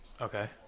okay